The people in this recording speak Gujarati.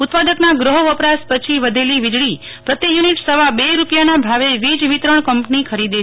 ઉત્પાદકના ગૃહ વપરાશ પછી વઘેલી વીજળી પ્રતિ યુનિટ સવા બે રૂપિયાના ભાવે વીજ વિતરણ કંપની ખરીદે છે